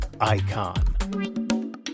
Icon